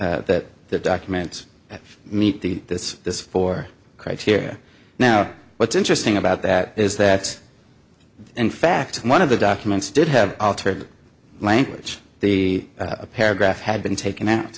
that the documents that meet the this is for criteria now what's interesting about that is that in fact one of the documents did have altered language the paragraph had been taken out